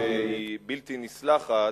שהיא בלתי נסלחת,